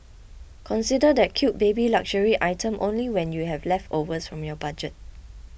consider that cute baby luxury item only when you have leftovers from your budget